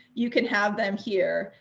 you can have them here.